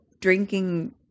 drinking